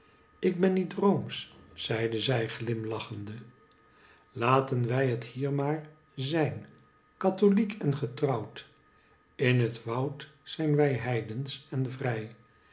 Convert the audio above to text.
ik ben niet roomsch zeide zij glimlachende laten wij het hier maar zijn katholiek en getrouwd in het woud zijn wij heidensch en vrij